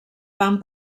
van